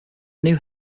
new